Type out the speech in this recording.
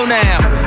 now